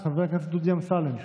חבר הכנסת דוד אמסלם.